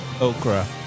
Okra